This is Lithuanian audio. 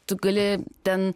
tu gali ten